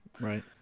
Right